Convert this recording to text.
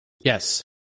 Yes